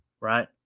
right